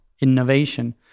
innovation